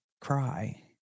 cry